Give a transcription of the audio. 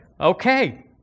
Okay